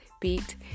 beat